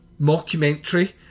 mockumentary